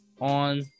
on